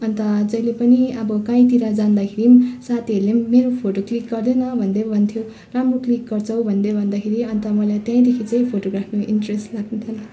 अन्त जहिले पनि अब काहीँतिर जाँदाखेरि साथीहरूले मेरो फोटो क्लिक गर्देन भन्दै भन्थ्यो राम्रो क्लिक गर्छौ भन्दै भन्दाखेरि अन्त मलाई त्यहीँदेखि चाहिँ फोटोग्राफीमा इन्ट्रेस्ट लाग्न थाल्यो